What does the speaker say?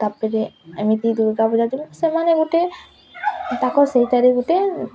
ତା'ପରେ ଏମିତି ଦୁର୍ଗା ପୂଜା ଯେଉଁ ସେମାନେ ଗୋଟେ ତାଙ୍କର ସେଇଟାରେ ଗୋଟେ